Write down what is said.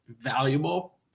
valuable